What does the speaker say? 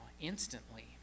instantly